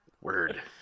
Word